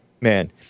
man